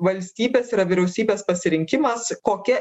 valstybės yra vyriausybės pasirinkimas kokia